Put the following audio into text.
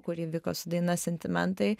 kuri vyko su daina sentimentai